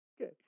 Okay